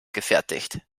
gefertigt